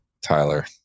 Tyler